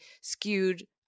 skewed